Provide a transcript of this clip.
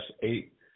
eight